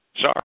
sorry